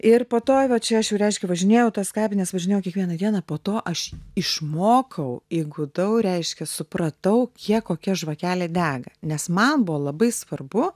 ir po to va čia aš jau reiškia važinėjau į tas kapines važinėjau kiekvieną dieną po to aš išmokau įgudau reiškia supratau kiek kokia žvakelė dega nes man buvo labai svarbu